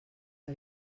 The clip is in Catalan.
que